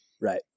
Right